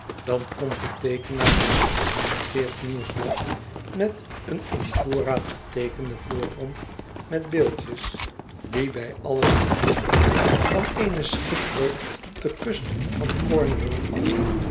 dan komt de teekenaar van een geïllustreerd nieuwsblad met een in voorraad geteekenden voorgrond met beeldjes die bij alles kan dienen van eene schipbreuk op de kust van cornwall af